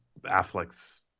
Affleck's